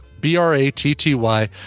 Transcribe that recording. B-R-A-T-T-Y